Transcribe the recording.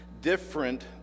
different